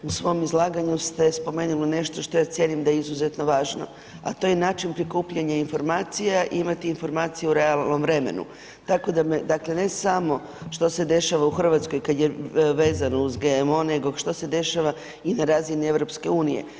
U svom izlaganju ste spomenuli nešto što ja cijenim da je izuzetno važno, a to je način prikupljanja informacija i imati informacije u realnom vremenu, tako da ne samo što se dešava u Hrvatskoj kada je vezano uz GMO nego što se dešava i na razini EU.